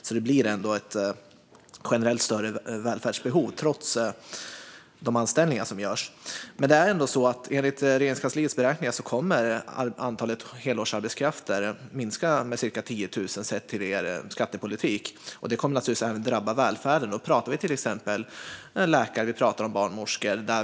Det blir ändå ett generellt större välfärdsbehov trots de anställningar som görs. Enligt Regeringskansliets beräkningar kommer antalet helårsarbetskrafter att minska med cirka 10 000 sett till er skattepolitik. Det kommer naturligtvis även att drabba välfärden. Vi talar till exempel om läkare och barnmorskor.